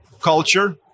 culture